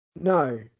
No